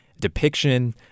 depiction